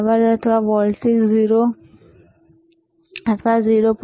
power અથવા voltage 0 volt અથવા 0